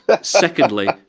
Secondly